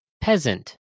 Peasant